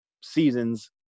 seasons